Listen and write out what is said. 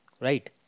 Right